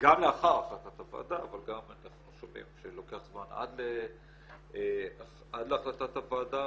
גם לאחר החלטת הוועדה אבל גם אנחנו שומעים שלוקח זמן עד להחלטת הוועדה